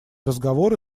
разговоры